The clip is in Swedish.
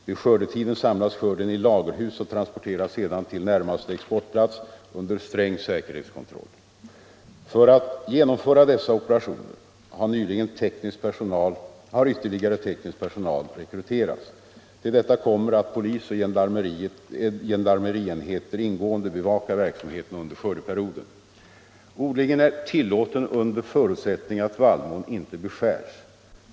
Vid skördetiden samlas skörden i lagerhus och transporteras sedan till närmaste exportplats under sträng säkerhetskontroll. För att genomföra dessa operationer har ytterligare teknisk personal rekryterats. Till detta kommer att polis och gendarmerienheter ingående bevakar verksamheten under skördeperioden. Odlingen är tillåten under förutsättning att vallmon inte beskärs.